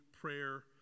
prayer